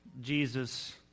Jesus